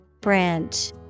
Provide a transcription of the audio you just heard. Branch